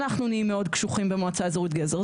אנחנו נהיים מאוד קשוחים במועצה אזורית גזר,